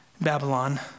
Babylon